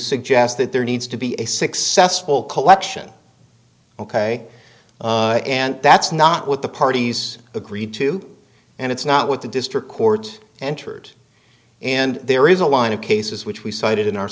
suggest that there needs to be a successful collection ok and that's not what the parties agreed to and it's not what the district court entered and there is a line of cases which we cited in our